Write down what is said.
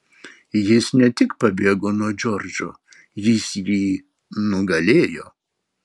jis ne tik pabėgo nuo džordžo jis jį nugalėjo